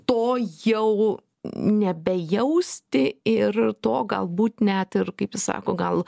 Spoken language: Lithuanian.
to jau nebejausti ir to galbūt net ir kaip jis sako gal